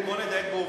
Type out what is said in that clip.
בוא נדייק בעובדות.